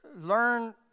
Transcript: learn